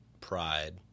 pride